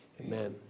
amen